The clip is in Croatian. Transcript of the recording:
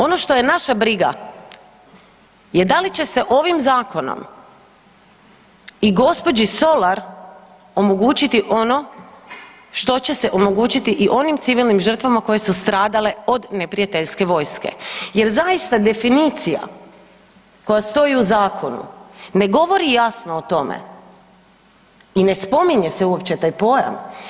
Ono što je naša briga je da li će se ovim zakonom i gospođi Solar omogućiti ono što će se omogućiti i onim civilnim žrtvama koje su stradale od neprijateljske vojske jer zaista definicija koja stoji u zakonu ne govori jasno o tome i ne spominje se uopće taj pojam.